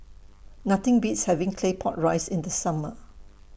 Nothing Beats having Claypot Rice in The Summer